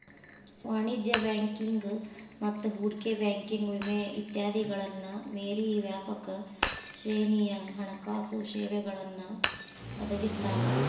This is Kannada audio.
ವಾಣಿಜ್ಯ ಬ್ಯಾಂಕಿಂಗ್ ಮತ್ತ ಹೂಡಿಕೆ ಬ್ಯಾಂಕಿಂಗ್ ವಿಮೆ ಇತ್ಯಾದಿಗಳನ್ನ ಮೇರಿ ವ್ಯಾಪಕ ಶ್ರೇಣಿಯ ಹಣಕಾಸು ಸೇವೆಗಳನ್ನ ಒದಗಿಸ್ತಾವ